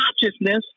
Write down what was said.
consciousness